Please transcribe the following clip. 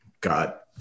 got